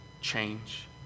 change